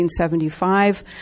1975